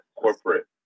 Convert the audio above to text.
corporate